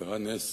קרה נס